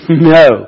No